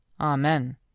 Amen